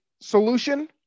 solution